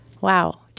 Wow